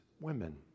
women